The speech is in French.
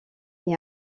est